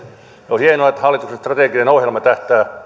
on hienoa että hallituksen strateginen ohjelma tähtää